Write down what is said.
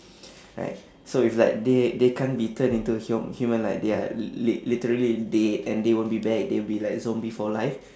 right so if like they they can't be turned into a hum~ human like they are l~ lit~ literally dead and they won't be back they will be like zombie for life